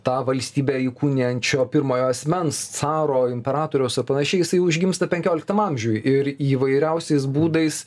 tą valstybę įkūnijančio pirmojo asmens caro imperatoriaus ar panašiai jisai užgimsta penkioliktam amžiuj ir įvairiausiais būdais